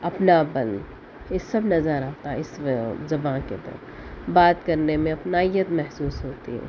اپناپن یہ سب نظر آتا ہے اس میں زبان کے اندر بات کرنے میں اپنائیت محسوس ہوتی ہے